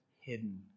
hidden